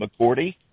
McCourty